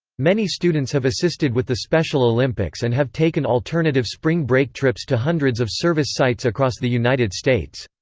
many students have assisted with the special olympics and have taken alternative spring break trips to hundreds of service sites across the united states.